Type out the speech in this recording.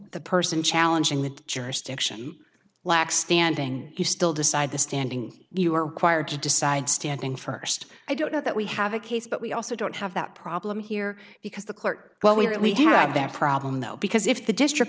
the person challenging the jurisdiction lacks standing you still decide the standing you are required to decide standing first i don't know that we have a case but we also don't have that problem here because the court well we really have that problem though because if the district